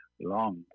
long